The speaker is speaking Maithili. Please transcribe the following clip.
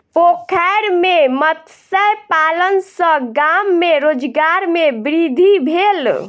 पोखैर में मत्स्य पालन सॅ गाम में रोजगार में वृद्धि भेल